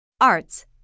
arts